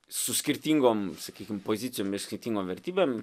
su skirtingom sakykim pozicijom ir skirtingom vertybėm